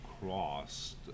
crossed